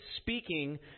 speaking